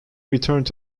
returned